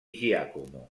giacomo